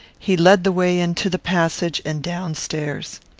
he led the way into the passage and down-stairs.